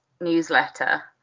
newsletter